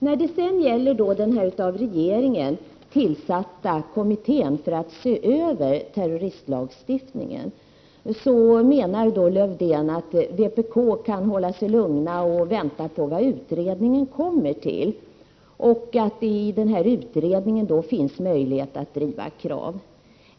När det sedan gäller den av regeringen tillsatta kommittén för att se över terroristlagstiftningen menar Lövdén tydligen att vpk skall hålla sig lugnt och vänta på vad utredningen kommer fram till och att det finns möjligheter att själv driva krav i utredningen.